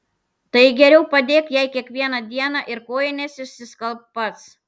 tai geriau padėk jai kiekvieną dieną ir kojines išsiskalbk pats